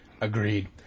Agreed